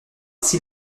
six